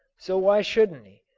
so why shouldn't he?